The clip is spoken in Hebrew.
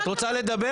את רוצה לדבר?